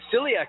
Celiac